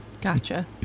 Gotcha